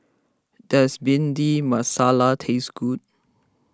does Bhindi Masala taste good